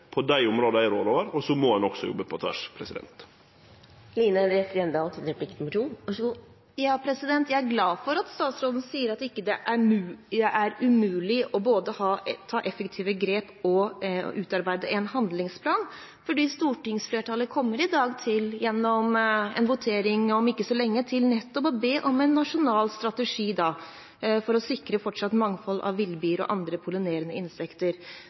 på dei områda eg rår over, og så må ein også jobbe på tvers. Jeg er glad for at statsråden sier at det ikke er umulig både å ta effektive grep og å utarbeide en handlingsplan, for stortingsflertallet kommer i dag, gjennom en votering om ikke så lenge, til nettopp å be om en nasjonal strategi for å sikre fortsatt mangfold av villbier og andre